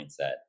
mindset